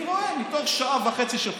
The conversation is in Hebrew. אני רואה שמתוך שעה וחצי של חדשות,